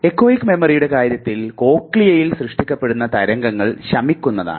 echoic മെമ്മറിയുടെ കാര്യത്തിൽ കോക്ലിയയിൽ സൃഷ്ടിക്കപ്പെടുന്ന തരംഗങ്ങൾ ശമിക്കുന്നതാണ്